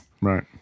Right